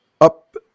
up